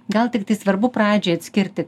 gal tiktai svarbu pradžiai atskirti